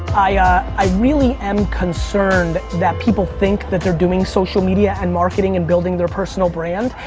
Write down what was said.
i ah i really am concerned that people think that they're doing social media and marketing and building their personal brand,